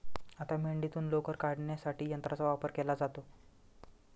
आता मेंढीतून लोकर काढण्यासाठी यंत्राचा वापर केला जातो